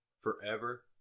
Forever